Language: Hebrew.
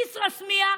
כסרא-סמיע,